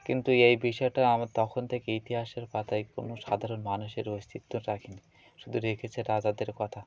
কিন্তু এই বিষয়টা আমার তখন থেকে ইতিহাসের পাতায় কোনো সাধারণ মানুষের অস্তিত্ব রাখেনি শুধু রেখেছে রাজাদের কথা